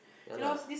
ya lah